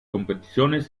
competiciones